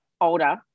older